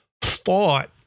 thought